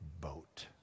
boat